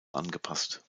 angepasst